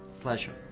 Pleasure